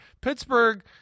Pittsburgh